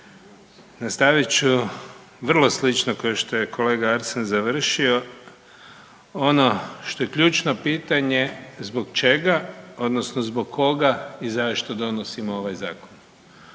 Nastavit ću vrlo slično kao što je kolega Arsen završio, ono što je ključno pitanje zbog čega odnosno zbog koga i zašto donosimo ovaj zakon.